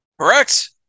Correct